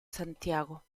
santiago